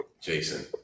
Jason